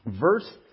Verse